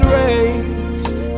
raised